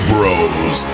Bros